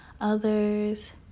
others